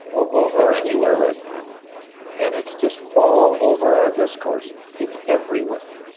or anywhere right now and it's just all over our discourse now. it's everywhere.